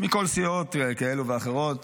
מסיעות כאלה ואחרות,